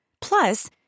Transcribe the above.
Plus